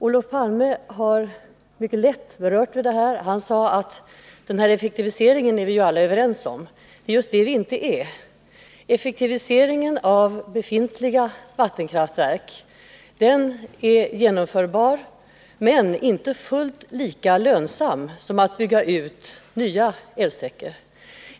Olof Palme har rört vid detta mycket lätt och sagt att effektiviseringen är vi alla överens om. Det är just det vi inte är. Att effektivisera befintliga vattenkraftverk är genomförbart, men det är inte fullt lika lönsamt som att bygga ut nya älvsträckor.